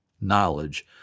knowledge